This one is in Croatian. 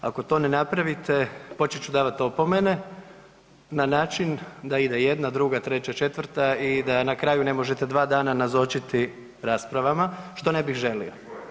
Ako to ne napravite počet ću davati opomene na način da ide jedna, druga, treća, četvrta i da na kraju ne možete dva dana nazočiti raspravama što ne bih želio.